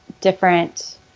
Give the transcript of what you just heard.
different